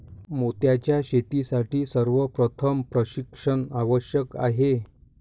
मोत्यांच्या शेतीसाठी सर्वप्रथम प्रशिक्षण आवश्यक आहे